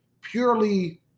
purely –